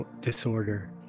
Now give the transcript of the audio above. disorder